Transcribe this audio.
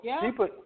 people